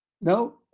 No